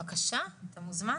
בבקשה, אתה מוזמן.